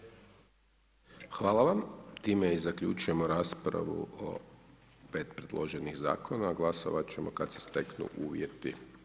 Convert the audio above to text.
Hvala time i zaključujemo raspravu o 5 predloženih zakona, glasovati ćemo kada se steknu uvjeti.